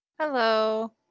Hello